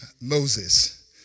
Moses